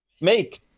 make